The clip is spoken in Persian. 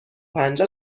پنجه